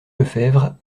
lefevre